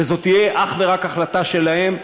וזו תהיה אך ורק החלטה שלהם,